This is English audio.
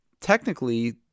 technically